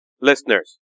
listeners